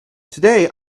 today